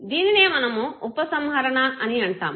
దీనినే మనము ఉపసంహరణ అని అంటాము